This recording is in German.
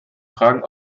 fragen